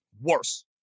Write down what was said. Worse